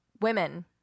women